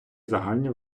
загальні